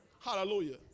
Hallelujah